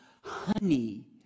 honey